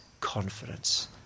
confidence